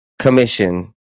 commission